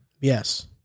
Yes